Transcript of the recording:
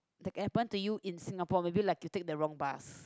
that happen to you in Singapore maybe like you take the wrong bus